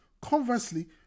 Conversely